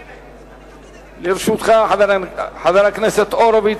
לרשותך, חבר הכנסת הורוביץ,